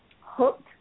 hooked